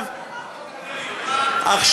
אז